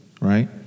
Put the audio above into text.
right